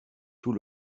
tout